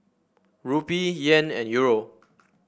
Rupee Yen and Euro